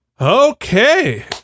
Okay